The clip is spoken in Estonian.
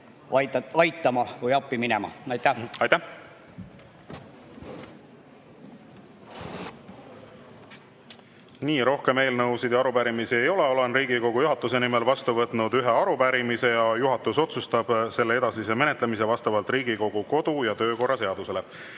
aitama, neile appi minema. Aitäh! Nii. Rohkem eelnõusid ja arupärimisi ei ole. Olen Riigikogu juhatuse nimel vastu võtnud ühe arupärimise ja juhatus otsustab selle edasise menetlemise vastavalt Riigikogu kodu- ja töökorra seadusele.